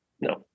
no